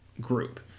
group